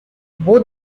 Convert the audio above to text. both